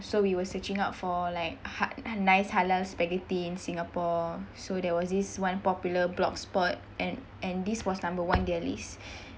so we were searching out for like ha~ nice halal spaghetti in singapore so there was this one popular blog spot and and this was number one in their list